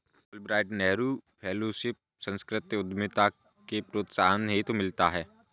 Fulbright Nehru fellowship सांस्कृतिक उद्यमिता के प्रोत्साहन हेतु मिलता है